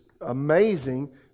amazing